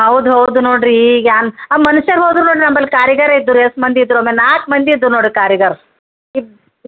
ಹೌದು ಹೌದು ನೋಡಿರಿ ಈಗ ಏನ್ ಆ ಮನುಷ್ಯರು ಹೋದ್ರು ನೋಡಿರಿ ನಂಬಲ್ಲಿ ಕಾರಿಗಾರ್ ಇದ್ದರು ಯೇಸು ಮಂದಿ ಇದ್ದರು ನಂಬಲ್ಲಿ ನಾಲ್ಕು ಮಂದಿ ಇದ್ದರು ನೋಡಿರಿ ಕಾರಿಗಾರ್